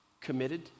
committed